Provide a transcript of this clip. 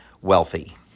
wealthy